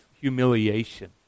humiliation